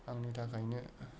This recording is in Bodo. आंनि थाखायनो